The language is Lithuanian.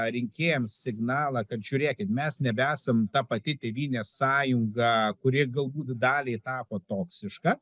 rinkėjams signalą kad žiūrėkit mes nebesam ta pati tėvynės sąjunga kuri galbūt daliai tapo toksiška